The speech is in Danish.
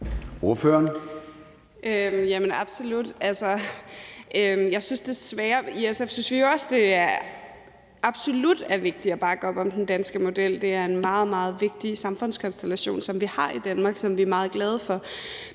absolut også, det er vigtigt at bakke op om den danske model. Det er en meget, meget vigtig samfundskonstellation, vi har i Danmark, og som vi er meget glade for.